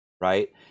right